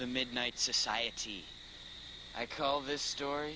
the midnight society i call this story